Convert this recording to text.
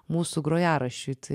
mūsų grojaraščiui tai